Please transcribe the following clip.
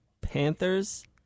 Panthers